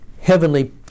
heavenly